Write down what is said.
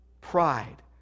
Pride